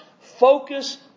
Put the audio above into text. focus